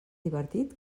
divertit